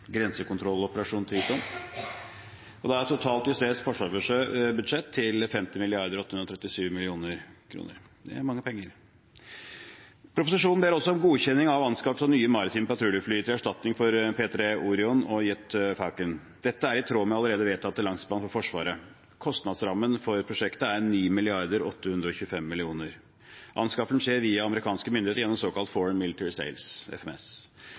Frontex’ grensekontrolloperasjon Triton. Det er et totalt justert forsvarsbudsjett til 50 837 mill. kr. Det er mange penger. Proposisjonen ber også om godkjenning av anskaffelse av nye maritime patruljefly til erstatning for P-3 Orion og Jet Falcon. Dette er i tråd med allerede vedtatt langtidsplan for Forsvaret. Kostnadsrammen for prosjektet er på 9 825 mill. kr. Anskaffelsen skjer via amerikanske myndigheter gjennom Foreign Military